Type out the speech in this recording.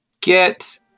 get